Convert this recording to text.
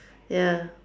ya